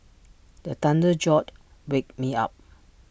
the thunder jolt wake me up